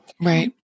Right